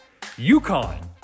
UConn